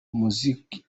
umuziki